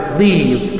leave